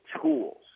tools